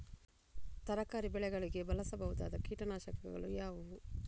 ತರಕಾರಿ ಬೆಳೆಗಳಿಗೆ ಬಳಸಬಹುದಾದ ಕೀಟನಾಶಕಗಳು ಯಾವುವು?